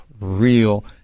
real